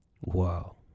Wow